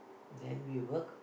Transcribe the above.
then we work